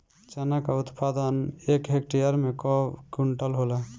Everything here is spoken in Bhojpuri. चना क उत्पादन एक हेक्टेयर में कव क्विंटल होला?